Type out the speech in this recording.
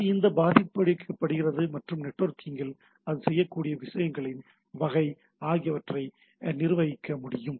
அது எவ்வாறு பாதிக்கப்படுகிறது மற்றும் நெட்வொர்க்கில் அது செய்யக்கூடிய விஷயங்களின் வகை ஆகியவற்றை நிர்வகிக்க முடியும்